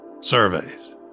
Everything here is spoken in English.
Surveys